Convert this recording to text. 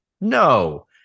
no